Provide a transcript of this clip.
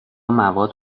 مواد